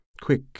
quick